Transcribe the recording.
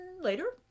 later